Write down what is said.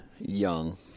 young